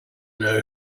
know